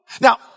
Now